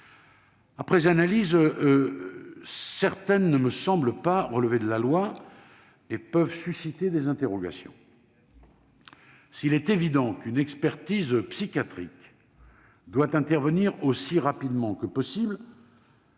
Après analyse, certaines ne me semblent pas relever de la loi et peuvent susciter des interrogations. S'il est évident qu'une expertise psychiatrique doit intervenir aussi rapidement que possible,